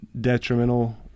detrimental